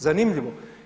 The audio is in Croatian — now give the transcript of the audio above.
Zanimljivo.